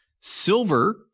Silver